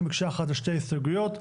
בכל הנוגע לפרק של שכירות מוסדית.